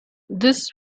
this